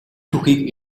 түүхийг